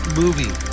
movie